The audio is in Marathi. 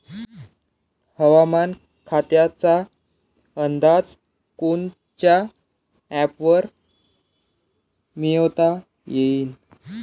हवामान खात्याचा अंदाज कोनच्या ॲपवरुन मिळवता येईन?